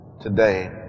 today